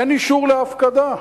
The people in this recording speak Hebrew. אין אישור להפקדה.